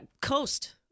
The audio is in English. Coast